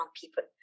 people